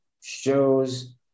shows